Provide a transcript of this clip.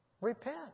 Repent